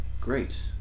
Great